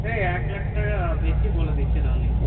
এই এক লাখ টাকা বেশি বলে দিচ্ছেন আপনি